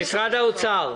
משרד האוצר.